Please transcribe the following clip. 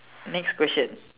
next question